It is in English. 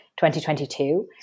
2022